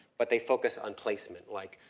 but they focus on placement. like,